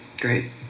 Great